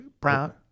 Brown